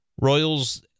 Royals